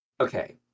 Okay